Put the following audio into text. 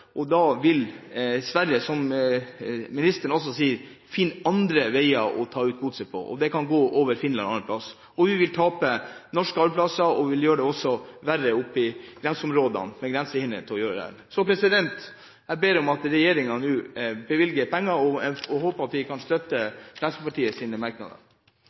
for da er dette over, og da vil Sverige, som også ministeren sier, finne andre veier å ta ut godset på. Det kan gå over Finland og andre steder. Vi vil tape norske arbeidsplasser, og det vil gjøre det verre i grenseområdene, med grensehindringer. Jeg ber om at regjeringen nå bevilger penger, og jeg håper at man kan støtte Fremskrittspartiets merknader.